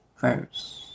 verse